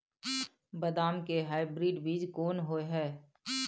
बदाम के हाइब्रिड बीज कोन होय है?